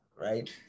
right